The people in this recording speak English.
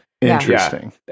Interesting